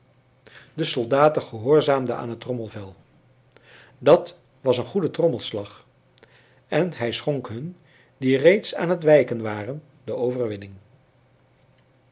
de soldaten gehoorzaamden aan het trommelvel dat was een goede trommelslag en hij schonk hun die reeds aan het wijken waren de overwinning